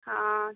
हाँ